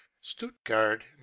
Stuttgart